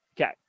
Okay